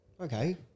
Okay